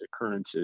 occurrences